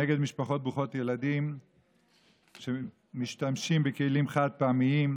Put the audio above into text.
נגד משפחות ברוכות ילדים שמשתמשות בכלים חד-פעמיים,